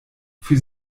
für